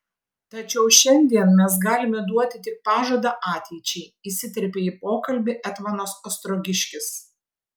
tačiau šiandien mes galime duoti tik pažadą ateičiai įsiterpė į pokalbį etmonas ostrogiškis